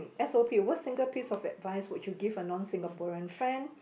s_o_p what single piece of advice would you give a non Singaporean friend